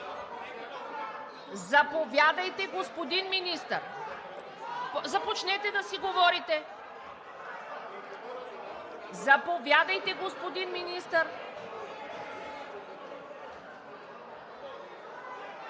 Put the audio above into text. Заповядайте, господин Министър! Започнете да говорите. Заповядайте, господин Министър!